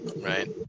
Right